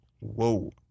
Whoa